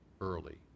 early